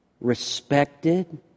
respected